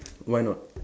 why not